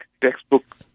textbook